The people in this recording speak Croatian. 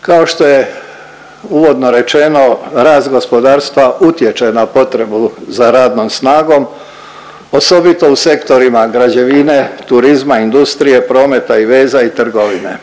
Kao što je uvodno rečeno rast gospodarstva utječe na potrebu za radnom snagom, osobito u sektoru građevine, turizma, industrije prometa i veza i trgovine.